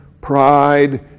pride